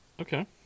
Okay